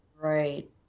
Right